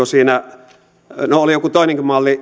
siinä oli joku toinenkin malli